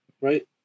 right